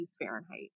Fahrenheit